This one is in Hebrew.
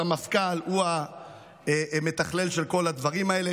הסמפכ"ל הוא המתכלל של כל הדברים האלה.